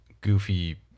goofy